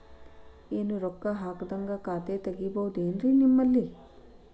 ಏನು ರೊಕ್ಕ ಹಾಕದ್ಹಂಗ ಖಾತೆ ತೆಗೇಬಹುದೇನ್ರಿ ನಿಮ್ಮಲ್ಲಿ?